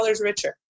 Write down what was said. richer